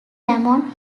damon